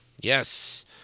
Yes